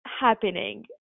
happening